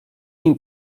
nim